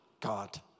God